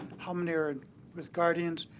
how many are with guardians,